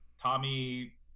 Tommy